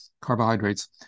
carbohydrates